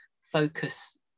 focus